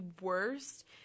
worst